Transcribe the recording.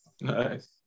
Nice